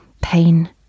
Pain